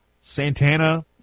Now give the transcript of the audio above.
Santana